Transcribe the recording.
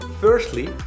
Firstly